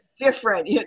different